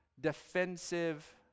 Defensive